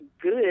good